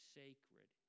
sacred